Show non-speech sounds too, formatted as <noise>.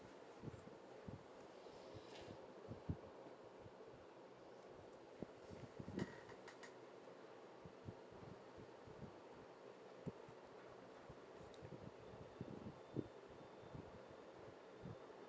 <breath>